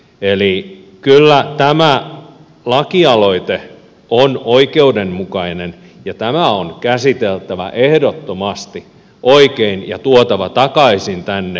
eli kyllä tämä lakialoite on oikeudenmukainen ja tämä on käsiteltävä ehdottomasti oikein ja tuotava takaisin tänne saliin